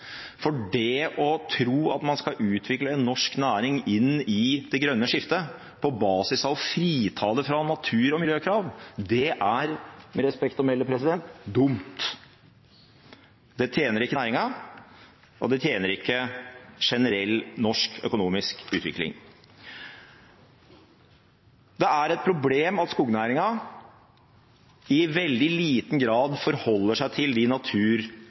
For det å tro at man skal utvikle en norsk næring inn i det grønne skiftet på basis av å frita det fra natur- og miljøkrav, det er – med respekt å melde – dumt. Det tjener ikke næringen, og det tjener ikke generell norsk økonomisk utvikling. Det er et problem at skognæringen i veldig liten grad forholder seg til de